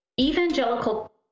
evangelical